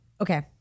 okay